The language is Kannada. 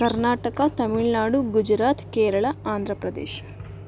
ಕರ್ನಾಟಕ ತಮಿಳುನಾಡು ಗುಜರಾತ್ ಕೇರಳ ಆಂಧ್ರ ಪ್ರದೇಶ